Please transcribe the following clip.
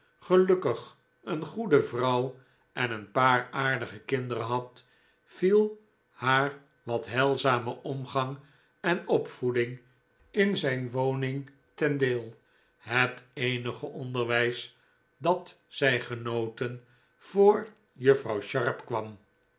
gelukkig een goede vrouw en een paar aardige kinderen had viel haar wat heilzamen omgang en opvoeding in zijn woning ten deel het eenige onderwijs dat zij genoten voor juffrouw sharp kwam